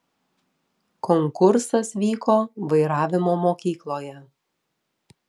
konkursas vyko vairavimo mokykloje